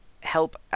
help